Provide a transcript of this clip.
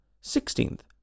Sixteenth